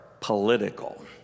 political